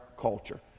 culture